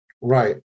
Right